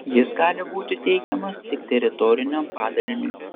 jis gali būti teikiamas tik teritoriniam padaliniui